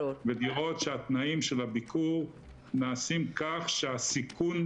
ולראות שהתנאים של הביקור נעשים כך שהסיכון